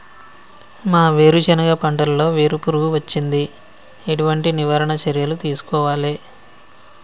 మా వేరుశెనగ పంటలలో వేరు పురుగు వచ్చింది? ఎటువంటి నివారణ చర్యలు తీసుకోవాలే?